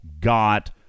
got